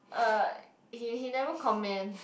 uh he he never comment